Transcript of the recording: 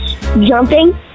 jumping